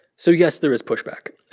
so, yes, there is pushback.